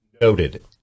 Noted